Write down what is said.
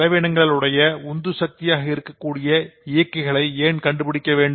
செலவினங்கள் உடைய உந்துசக்தியாக இருக்கக்கூடிய இயக்கிகளை ஏன் கண்டுபிடிக்க வேண்டும்